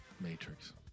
Matrix